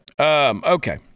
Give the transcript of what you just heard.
okay